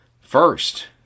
First